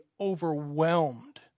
overwhelmed